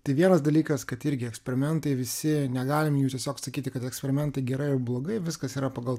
tik vienas dalykas kad irgi eksperimentai visi negalim jų tiesiog sakyti kad eksperimentai gerai ar blogai viskas yra pagal